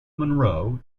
monroe